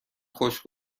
خوش